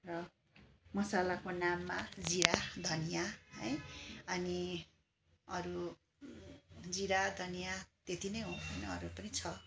र मसलाको नाममा जिरा धनियाँ है अनि अरू जिरा धनियाँ त्यति नै हो होइन अरू पनि छ